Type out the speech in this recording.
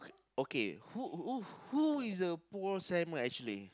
okay who who who is the Paul Simon actually